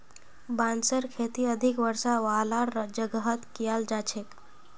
बांसेर खेती अधिक वर्षा वालार जगहत कियाल जा छेक